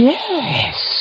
Yes